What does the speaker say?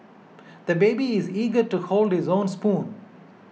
the baby is eager to hold his own spoon